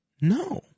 No